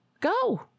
go